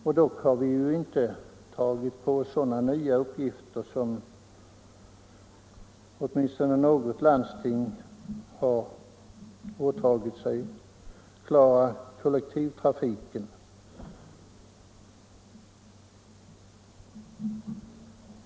Vi har ändå inte tagit på oss sådana nya uppgifter, som åtminstone något landsting gjort, nämligen att klara kollektivtrafiken.